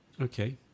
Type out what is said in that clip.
Okay